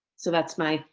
so that's my,